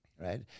right